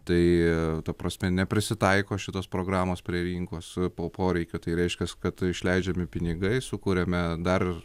tai ta prasme neprisitaiko šitos programos prie rinkos poreikių tai reiškia kad išleidžiami pinigai sukuriame dar